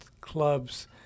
clubs